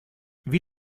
wie